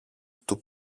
του